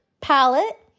palette